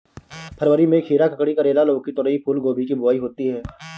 फरवरी में खीरा, ककड़ी, करेला, लौकी, तोरई, फूलगोभी की बुआई होती है